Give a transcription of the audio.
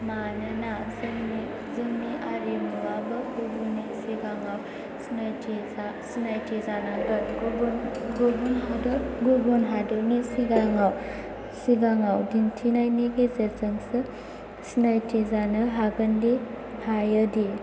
मानोना जोंनि हारिमुआबो गुबुननि सिगाङाव सिनायथि जालांगोन गुबुन गुबुन हादरनि सिगाङाव दिन्थिनायनि गेजेरजोंसो सिनायथि जानो हागोन दि